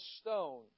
stone